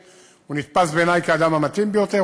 הוא נתפס בעיני כאדם המתאים ביותר.